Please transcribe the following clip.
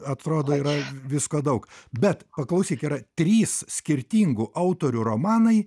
atrodo yra visko daug bet paklausyk yra trys skirtingų autorių romanai